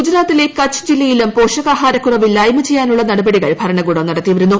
ഗുജറാത്തിലെ കച്ച് ജില്ലയിലും പോഷകാഹാര കുറവ് ഇല്ലായ്മ ചെയ്യാനുള്ള നടപടികൾ ഭരണകൂടം നടത്തിവരുന്നു